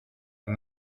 end